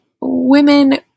women